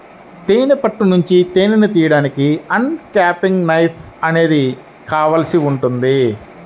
తేనె పట్టు నుంచి తేనెను తీయడానికి అన్క్యాపింగ్ నైఫ్ అనేది కావాల్సి ఉంటుంది